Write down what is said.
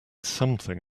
something